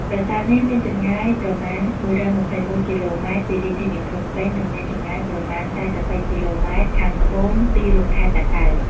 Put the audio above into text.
ប្រាសាទនេះមានចម្ងាយប្រមាណ ១២១ គីឡូម៉ែត្រពីរាជធានីភ្នំពេញ និងមានចម្ងាយប្រមាណ ៤៣គីឡូម៉ែត្រ ខាងត្បូងទីរួមខេត្តតាកែវ។